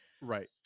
Right